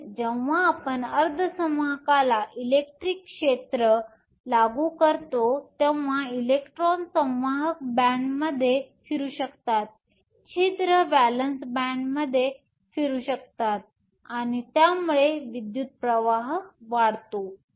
म्हणून जेव्हा आपण अर्धसंवाहकाला इलेक्ट्रिक क्षेत्र लागू करता तेव्हा इलेक्ट्रॉन संवाहक बॅण्डमध्ये फिरू शकतात छिद्र व्हॅलेन्स बंधमध्ये फिरू शकतात आणि यामुळे विद्युत् प्रवाह वाढतो